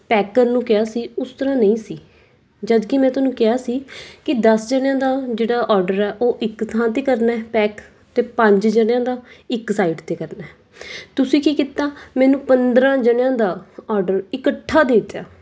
pack ਕਰਨ ਨੂੰ ਕਿਹਾ ਸੀ ਉਸ ਤਰ੍ਹਾਂ ਨਹੀਂ ਸੀ ਜਦੋਂ ਕਿ ਮੈਂ ਤੁਹਾਨੂੰ ਕਿਹਾ ਸੀ ਕਿ ਦਸ ਜਣਿਆ ਦਾ ਜਿਹੜਾ ਆਰਡਰ ਆ ਉਹ ਇੱਕ ਥਾਂ ਤੇ ਕਰਨਾ ਹੈ ਪੈਕ ਅਤੇ ਪੰਜ ਜਣਿਆਂ ਦਾ ਇੱਕ ਸਾਈਡ ਉੱਤੇ ਕਰਨਾ ਤੁਸੀਂ ਕੀ ਕੀਤਾ ਮੈਨੂੰ ਪੰਦਰਾਂ ਜਣਿਆ ਦਾ ਆਰਡਰ ਇਕੱਠਾ ਦੇ ਦਿੱਤਾ